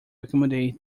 accommodate